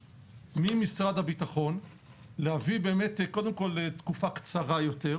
ממשרד הביטחון להביא באמת קודם כל לתקופה קצרה יותר,